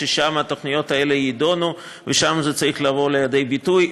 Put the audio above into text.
ששם התוכניות האלה יידונו ושם זה צריך לבוא לידי ביטוי.